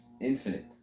infinite